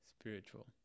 spiritual